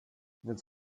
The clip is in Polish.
więc